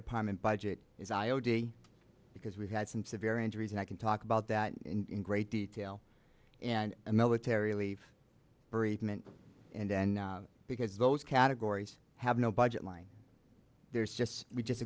department budget is i o day because we had some severe injuries and i can talk about that in great detail and a military leave very many and then because those categories have no budget line there's just we just